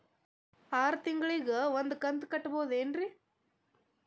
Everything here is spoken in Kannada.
ಆರ ತಿಂಗಳಿಗ ಒಂದ್ ಸಲ ಕಂತ ಕಟ್ಟಬಹುದೇನ್ರಿ?